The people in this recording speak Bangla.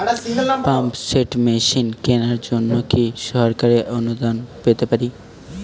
পাম্প সেট মেশিন কেনার জন্য কি সরকারি অনুদান পেতে পারি?